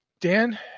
Dan